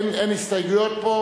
אין פה הסתייגויות.